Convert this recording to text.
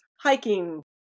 Hiking